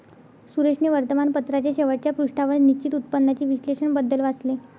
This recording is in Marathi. सुरेशने वर्तमानपत्राच्या शेवटच्या पृष्ठावर निश्चित उत्पन्नाचे विश्लेषण बद्दल वाचले